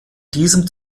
diesem